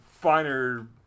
finer